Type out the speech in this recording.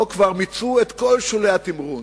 פה כבר מיצו את כל שולי התמרון.